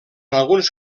alguns